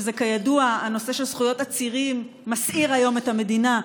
וכידוע הנושא של זכויות עצירים מסעיר היום את המדינה.